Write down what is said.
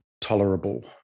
tolerable